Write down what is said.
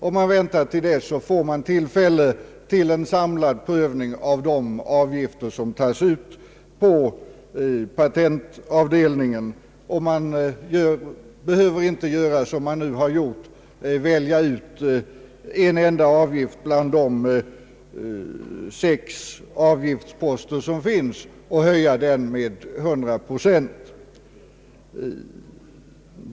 Om man väntar till dess, får man tillfälle till en samlad prövning av de avgifter som tas ut på patentavdelningen. Man behöver inte, som man nu gjort, välja ut en enda avgift bland de sex avgiftsposter som finns och höja den med 100 procent.